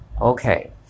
Okay